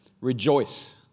rejoice